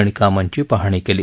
आणि कामांची पाहणी केली